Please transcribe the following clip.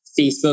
Facebook